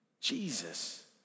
Jesus